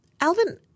Alvin